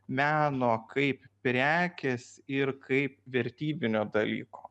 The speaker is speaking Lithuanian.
meno kaip prekės ir kaip vertybinio dalyko